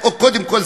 קודם כול,